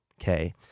Okay